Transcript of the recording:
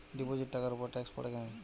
Deposit টাকার উপর tax পড়ে কি?